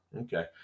Okay